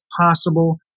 possible